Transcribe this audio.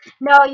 No